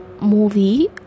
movie